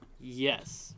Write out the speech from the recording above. Yes